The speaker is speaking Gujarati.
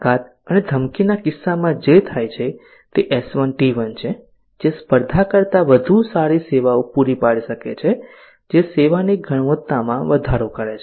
તાકાત અને ધમકીના કિસ્સામાં જે થાય છે તે S1 T1 છે જે સ્પર્ધા કરતાં વધુ સારી સેવાઓ પૂરી પાડી શકે છે જે સેવાની ગુણવત્તામાં વધારો કરે છે